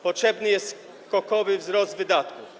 Potrzebny jest skokowy wzrost wydatków.